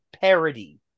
parody